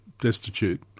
destitute